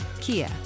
Kia